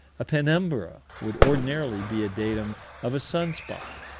a penumbra would ordinarily be a datum of a sun spot,